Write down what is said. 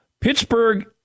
Pittsburgh